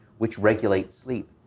which regulates sleep.